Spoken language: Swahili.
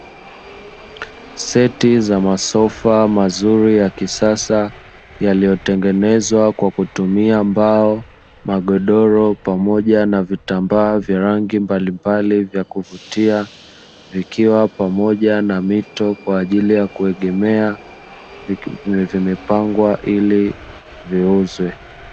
Seti za masofa mazuri ya kisasa, yaliyotengenezwa kwa kutumia mbao, magodoro pamoja na vitambaa vya rangi mbalimbali vya kuvutia, vikiwa pamoja na mito kwa ajili ya kuegemea vimepangwa ili viuzwe.